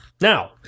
Now